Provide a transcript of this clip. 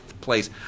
place